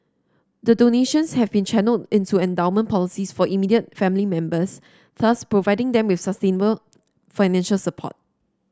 the donations have been channelled into endowment policies for immediate family members thus providing them with sustainable financial support